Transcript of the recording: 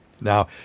Now